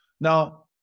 Now